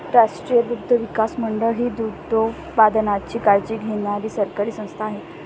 राष्ट्रीय दुग्धविकास मंडळ ही दुग्धोत्पादनाची काळजी घेणारी सरकारी संस्था आहे